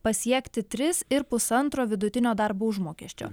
pasiekti tris ir pusantro vidutinio darbo užmokesčio